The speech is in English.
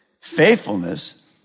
faithfulness